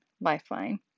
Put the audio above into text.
Lifeline